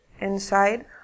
inside